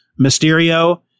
Mysterio